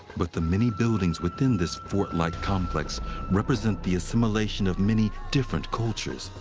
but the many buildings within this fort-like complex represent the assimilation of many different cultures.